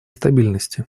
стабильности